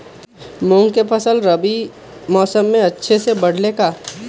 मूंग के फसल रबी मौसम में अच्छा से बढ़ ले का?